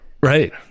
Right